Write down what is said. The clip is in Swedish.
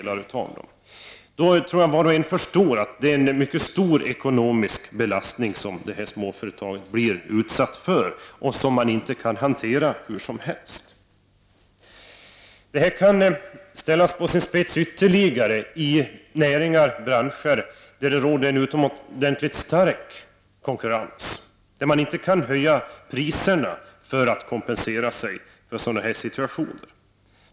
Jag tror att var och en förstår att detta småföretag då blir utsatt för en mycket stor ekonomisk belastning och att man inte kan hantera detta hur som helst. Detta problem kan ställas på sin spets i näringar och branscher där det råder en utomordentligt stark konkurrens och där man inte kan höja priserna för att kompensera sig vid sådana här situationer.